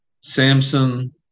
Samson